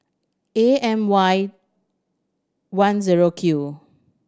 A M Y one zero Q